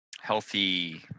healthy